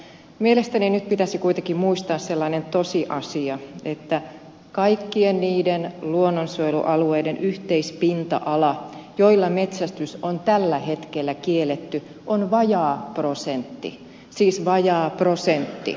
mielestäni nyt pitäisi kuitenkin muistaa sellainen tosiasia että kaikkien niiden luonnonsuojelualueiden yhteispinta ala joilla metsästys on tällä hetkellä kielletty on vajaa prosentti siis vajaa prosentti